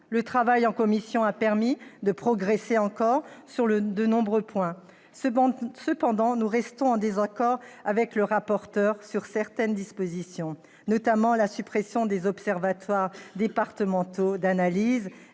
Le travail en commission a permis de progresser encore sur de nombreux points. Néanmoins, nous restons en désaccord avec le rapporteur sur certaines dispositions, en particulier la suppression des observatoires départementaux d'analyse